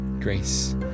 Grace